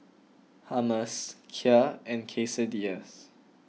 Hummus Kheer and Quesadillas